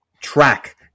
track